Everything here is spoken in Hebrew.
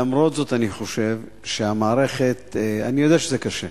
למרות זאת, אני חושב שהמערכת, אני יודע שזה קשה,